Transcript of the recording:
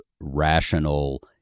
rational